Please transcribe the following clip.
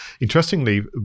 Interestingly